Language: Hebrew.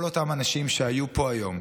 ולכל אותם אנשים שהיו פה היום,